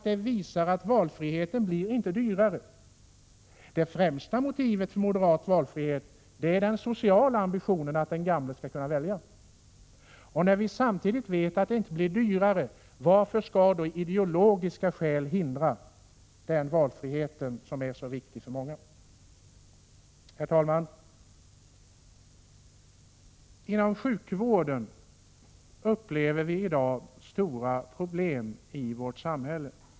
Det visar sig att valfriheten inte blir dyrare. Det främsta motivet för moderat valfrihet är den sociala ambitionen att den gamle skall kunna välja. Och när det inte blir dyrare, varför skall då ideologiska skäl hindra den valfriheten, som är så viktig för många? Herr talman! Inom sjukvården upplever vi i dag stora problem i vårt samhälle.